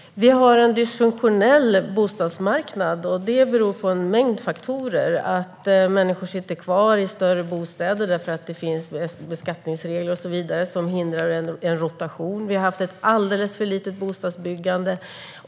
Herr talman! Vi har en dysfunktionell bostadsmarknad, och det beror på en mängd faktorer. Människor sitter kvar i större bostäder på grund av beskattningsregler och så vidare som förhindrar en rotation. Vi har haft ett alltför litet bostadsbyggande.